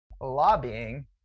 lobbying